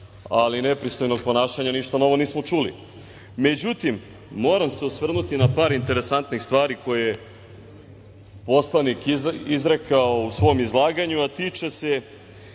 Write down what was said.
ali i nepristojnog ponašanja, ništa novo nismo čuli.Međutim, moram se osvrnuti na par interesantnih stvari koje je poslanik izrekao u svom izlaganju, a tiče se